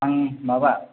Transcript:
आं माबा